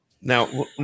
Now